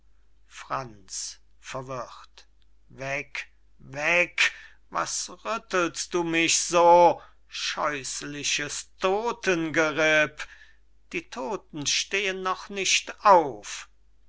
franz verwirrt weg weg was rüttelst du mich so scheußliches todtengeripp die todten stehen noch nicht auf